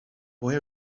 boy